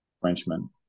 Frenchman